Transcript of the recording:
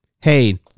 Hey